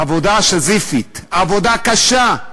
עבודה סיזיפית, עבודה קשה.